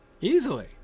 Easily